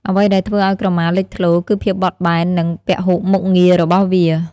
អ្វីដែលធ្វើឲ្យក្រមាលេចធ្លោ គឺ ភាពបត់បែន និងពហុមុខងារ របស់វា។